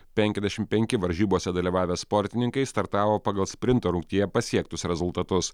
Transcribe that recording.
penkiasdešimt penki varžybose dalyvavę sportininkai startavo pagal sprinto rungtyje pasiektus rezultatus